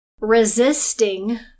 resisting